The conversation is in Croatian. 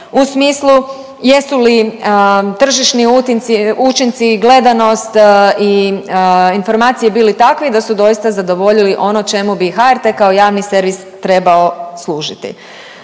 u smislu jesu li tržišni učinci, gledanost i informacije bili takvi da su doista zadovoljili ono čemu bi HRT kao javni servis trebao služiti.